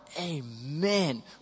amen